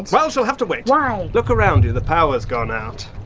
well, she'll have to wait. why? look around you. the power's gone out!